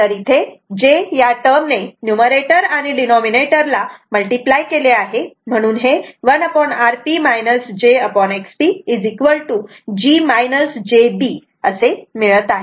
तर इथे j या टर्म ने numerator आणि denominator ला मल्टिप्लाय केले आहे म्हणून हे 1Rp jXPg j b असे मिळत आहे